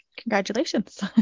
congratulations